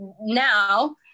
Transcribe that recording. now